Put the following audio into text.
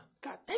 God